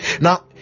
Now